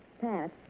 Pat